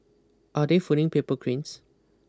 are they folding paper cranes